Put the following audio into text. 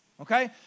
Okay